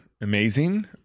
amazing